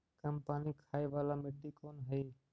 कम पानी खाय वाला मिट्टी कौन हइ?